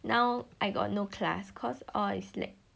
now I got no class cause all is like